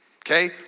okay